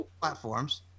platforms